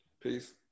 Peace